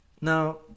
Now